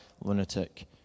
lunatic